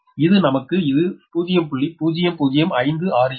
எனில் இது நமக்கு இது 0